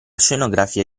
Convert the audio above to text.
scenografia